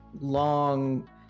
long